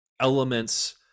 elements